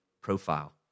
profile